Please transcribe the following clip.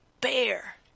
bear